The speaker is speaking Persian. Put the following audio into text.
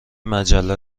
مجله